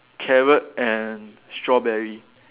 carrot and strawberry